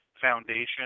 foundation